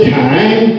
time